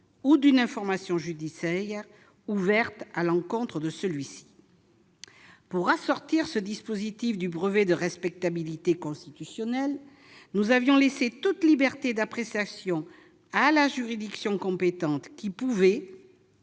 ou d'une information judiciaire ouverte à l'encontre de celui-ci. Pour assortir ce dispositif d'un brevet de respectabilité constitutionnelle, nous avions laissé toute liberté d'appréciation à la juridiction compétente, laquelle pouvait,